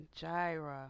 gyra